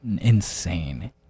insane